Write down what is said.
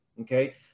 okay